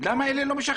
למה את אלה לא משחררים?